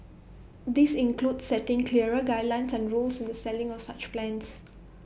this includes setting clearer guidelines and rules in the selling of such plans